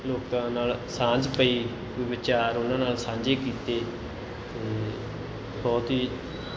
ਲੋਕਾਂ ਨਾਲ ਸਾਂਝ ਪਈ ਵਿਚਾਰ ਉਹਨਾਂ ਨਾਲ ਸਾਂਝੇ ਕੀਤੇ ਅਤੇ ਬਹੁਤ ਹੀ